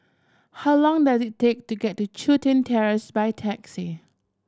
how long does it take to get to Chun Tin Terrace by taxi